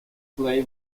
play